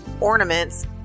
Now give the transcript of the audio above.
ornaments